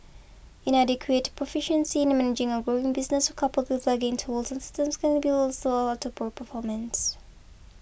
inadequate proficiency in managing a growing business coupled with lagging tools and systems can't be also to poor performance